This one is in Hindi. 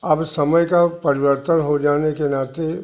अब समय का परिवर्तन हो जाने के नाते